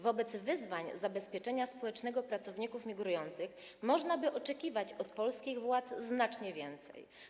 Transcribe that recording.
Wobec wyzwań dotyczących zabezpieczenia społecznego pracowników migrujących można by oczekiwać od polskich władz znacznie więcej.